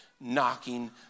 knocking